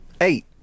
eight